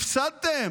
הפסדתם?